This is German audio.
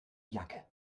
jacke